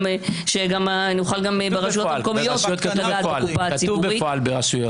שגם נוכל גם ברשויות המקומיות --- כתוב "בפועל" ברשויות.